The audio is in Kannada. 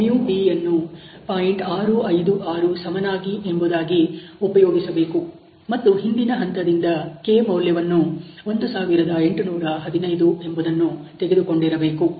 656 ಸಮನಾಗಿ ಎಂಬುದಾಗಿ ಉಪಯೋಗಿಸಬೇಕು ಮತ್ತು ಹಿಂದಿನ ಹಂತದಿಂದ k ಮೌಲ್ಯವನ್ನು1815 ಎಂಬುದನ್ನು ತೆಗೆದುಕೊಂಡಿರಬೇಕು